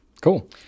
Cool